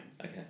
Okay